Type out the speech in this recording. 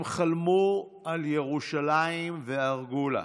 הם חלמו על ירושלים וערגו לה,